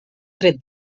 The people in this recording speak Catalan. tret